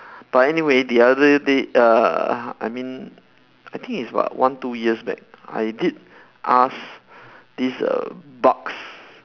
but anyway the other day uh I mean I think it's but one two years back I did ask this err bucks